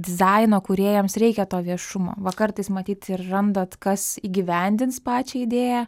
dizaino kūrėjams reikia to viešumo va kartais matyt ir randat kas įgyvendins pačią idėją